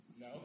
No